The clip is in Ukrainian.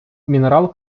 мінерал